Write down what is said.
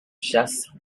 chasse